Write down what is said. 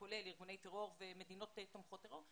כולל ארגוני טרור ומדינות תומכות טרור,